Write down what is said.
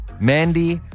Mandy